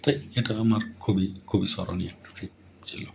তাই এটা আমার খুবই খুবই স্মরণীয় একটা ট্রিপ ছিল